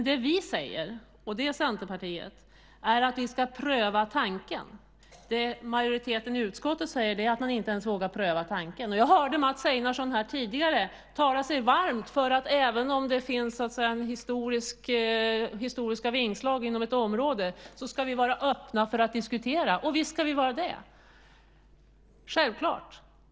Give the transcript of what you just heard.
Det vi säger - det är Centerpartiet som säger det - är att vi ska pröva tanken. Det majoriteten i utskottet säger är att man inte ens vågar pröva tanken. Jag hörde Mats Einarsson tidigare tala sig varm för att även om det finns historiska vingslag inom ett område så ska vi vara öppna för att diskutera, och visst ska vi vara det - självklart.